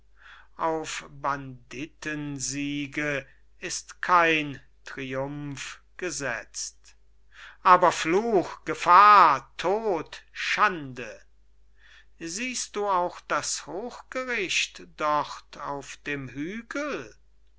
auf banditen siege ist kein triumph gesetzt aber fluch gefahr tod schande siehst du auch das hochgericht dort auf dem hügel